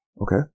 Okay